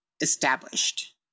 established